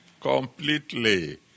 Completely